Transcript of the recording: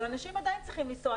אבל אנשים עדיין צריכים לנסוע.